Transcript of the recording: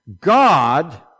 God